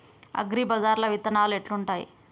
అగ్రిబజార్ల విత్తనాలు ఎట్లుంటయ్?